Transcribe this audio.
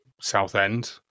Southend